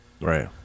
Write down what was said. right